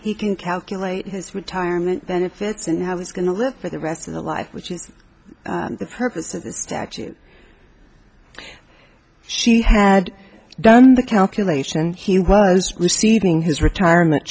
he can calculate his retirement benefits and how he's going to live for the rest of the life which is the purpose of the statute she had done the calculation he was receiving his retirement